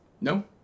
No